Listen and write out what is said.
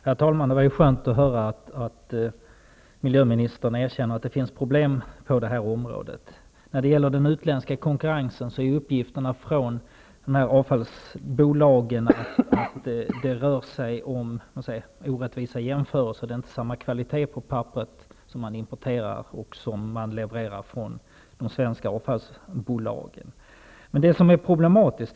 Herr talman! Det var skönt att höra att miljöministern erkänner att det finns problem på det här området. När det gäller den utländska konkurrensen säger uppgifterna från avfallsbolagen att det rör sig om orättvisa jämförelser. Det är inte samma kvalitet på det papper som man levererar från de svenska avfallsbolagen och det papper som man importerar.